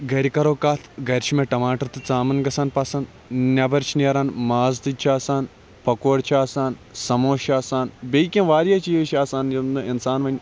گَرِ کَرو کتھ گَرِ چھِ مےٚ ٹَماٹَر تہٕ ژامَن گَژھان پَسَنٛد نیٚبَر چھِ نیران ماز تُجہ چھِ آسان پَکوڑٕ چھِ آسان سَموس چھِ آسان بیٚیہِ کینٛہہ واریاہ چیٖز چھِ آسان یِم نہٕ اِنسان وۄنۍ